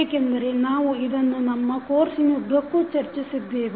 ಏಕೆಂದರೆ ನಾವು ಇದನ್ನು ನಮ್ಮ ಕೋರ್ಸಿನುದ್ದಕ್ಕೂ ಚರ್ಚಿಸಿದ್ದೇವೆ